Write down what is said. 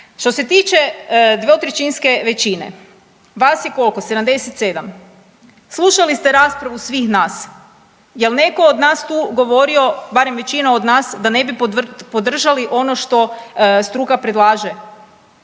Što se tiče dvotrećinske većine, vas je koliko? 77, slušali ste raspravu svih nas, jel neko od nas tu govorio barem većina od nas da ne bi podržali ono što struka predlaže?